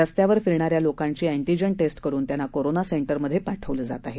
रस्त्यावर फिरणाऱ्या लोकांची एंटीजन टेस्ट करून त्यांना कोरोना सेंटर मध्ये पाठवल जात आहे